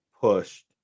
pushed